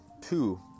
two